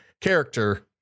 character